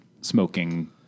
smoking